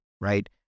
right